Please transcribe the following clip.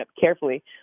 carefully